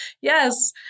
Yes